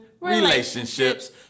relationships